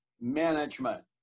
management